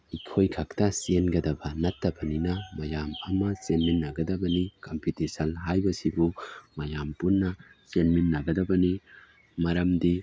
ꯑꯩꯈꯣꯏ ꯈꯛꯇꯥ ꯆꯦꯟꯒꯗꯕ ꯅꯠꯇꯕꯅꯤꯅ ꯃꯌꯥꯝ ꯑꯃ ꯆꯦꯟꯃꯤꯟꯅꯒꯗꯕꯅꯤ ꯀꯝꯄꯤꯇꯤꯁꯟ ꯍꯥꯏꯕꯁꯤꯕꯨ ꯃꯌꯥꯝ ꯄꯨꯟꯅ ꯆꯦꯟꯃꯤꯟꯅꯒꯗꯕꯅꯤ ꯃꯔꯝꯗꯤ